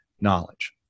knowledge